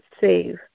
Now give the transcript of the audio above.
save